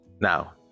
Now